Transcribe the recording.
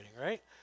right